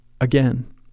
Again